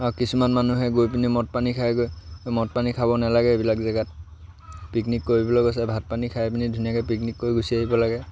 আৰু কিছুমান মানুহে গৈ পিনি মদ পানী খাই গৈ মদ পানী খাব নালাগে এইবিলাক জেগাত পিকনিক কৰিবলৈ গৈছে ভাত পানী খাই পিনি ধুনীয়াকৈ পিকনিক কৰি গুচি আহিব লাগে